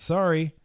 Sorry